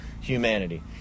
humanity